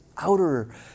outer